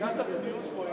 מידת הצניעות פה,